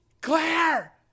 Claire